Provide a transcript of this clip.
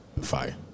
Fire